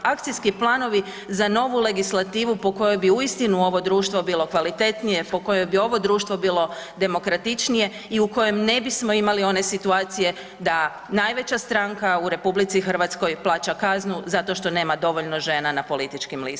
Akcijski planovi za novu legislativu po kojoj bi uistinu ovo društvo bilo kvalitetnije, po kojoj bi ovo društvo bilo demokratičnije i u kojem ne bismo imali one situacije da najveća stranka u RH plaća kaznu zato što nema dovoljno žena na političkim